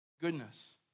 goodness